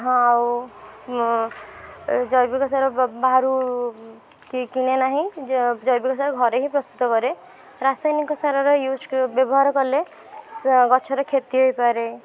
ହଁ ଆଉ ଜୈବିକ ସାର ବ ବାହାରୁ କି କିଣେ ନାହିଁ ଜ ଜୈବିକ ସାର ଘରେ ହିଁ ପ୍ରସ୍ତୁତ କରେ ରାସାୟନିକ ସାରର ୟୁଜ୍ ବ୍ୟବହାର କଲେ ସ ଗଛର କ୍ଷତି ହେଇପାରେ